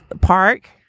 park